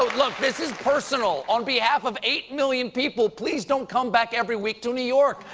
look, this is personal. on behalf of eight million people, please don't come back every week to new york.